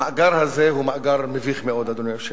המאגר הזה הוא מאגר מביך מאוד, אדוני היושב-ראש,